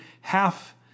half